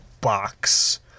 box